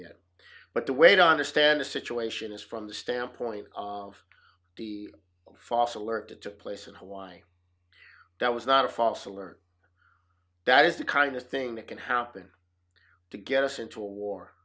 yet but the weight on the stand the situation is from the standpoint of the false alert that took place in hawaii that was not a false alert that is the kind of thing that can happen to get us into a war